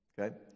Okay